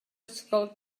ysgol